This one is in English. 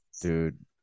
Dude